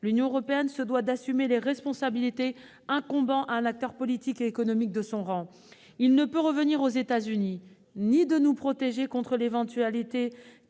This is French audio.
l'Union doit assumer les responsabilités incombant à un acteur politique et économique de son rang. Il ne peut revenir aux États-Unis ni de nous protéger contre l'éventualité